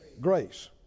Grace